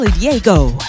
Diego